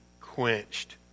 quenched